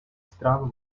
стран